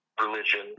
religion